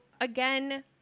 again